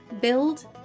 build